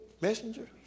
Messenger